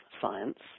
science